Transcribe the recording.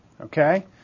Okay